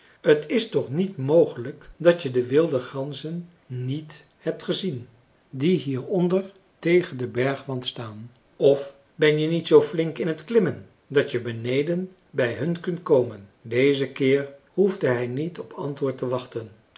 t is toch niet mogelijk dat je de wilde ganzen niet hebt gezien die hier onder tegen den bergwand staan of ben je niet zoo flink in t klimmen dat je beneden bij hen kunt komen deze keer hoefde hij niet op antwoord te wachten